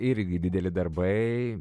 irgi dideli darbai